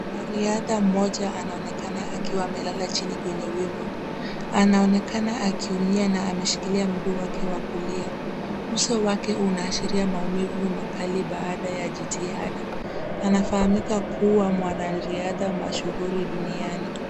Mwanariadha mmoja anaonekana akiwa amelala chini kwenye wimbo. Anaonekana akiumia na ameshikilia mguu wake wa kulia. Uso wake unaashiria maumivu makali baada ya jitihada. Anafahamika kuwa mwanariadha mashuhuri duniani.